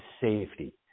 safety